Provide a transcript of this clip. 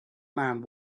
man